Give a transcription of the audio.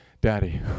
Daddy